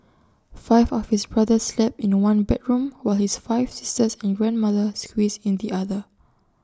five of his brothers slept in one bedroom while his five sisters and grandmother squeezed in the other